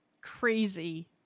crazy